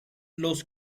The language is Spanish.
los